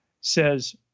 says